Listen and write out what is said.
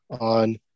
on